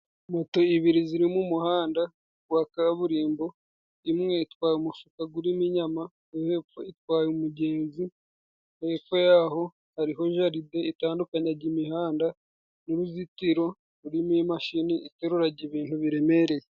Moto ibiri ziri mu muhanda gwa kaburimbo, imwe itwaye umufuka gurimo inyama. Imwe itwaye umugenzi, hepfo yaho hariho jaride itandukanya g'imihanda n'uruzitiro rurimo imashini, iteruraga ibintu biremereye.